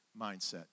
mindset